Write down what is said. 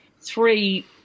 three